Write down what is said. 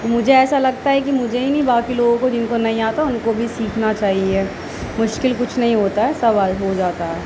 مجھے ایسا لگتا ہے کہ مجھے ہی نہیں باقی لوگوں کو جن کو نہیں آتا ان کو بھی سیکھنا چاہیے مشکل کچھ نہیں ہوتا ہے سب آ ہو جاتا ہے